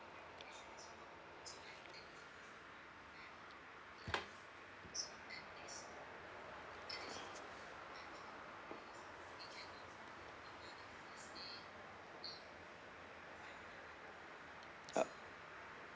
o~